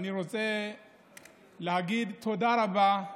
אני רוצה להגיד תודה רבה,